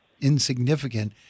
insignificant